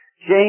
James